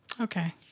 Okay